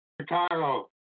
Chicago